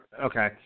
Okay